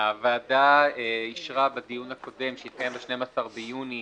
הוועדה אישרה בדיון הקודם, שהתקיים ב-12 ביוני,